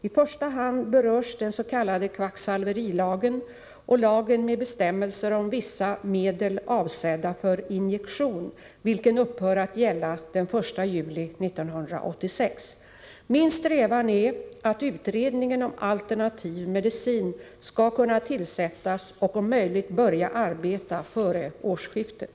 I första hand berörs den s.k. kvacksalverilagen och lagen med bestämmelser om vissa medel avsedda för injektion, vilken upphör att gälla den 1 juli 1986. Min strävan är att utredningen om alternativ medicin skall kunna tillsättas och om möjligt börja arbeta före årsskiftet.